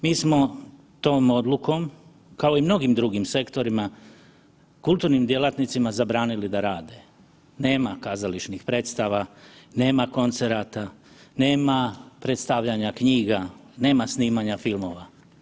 Mi smo tom odlukom kao i mnogim drugim sektorima, kulturnim djelatnicima zabranili da rade, nema kazališnih predstava, nema koncerata, nema predstavljanja knjiga, nema snimanja filmova.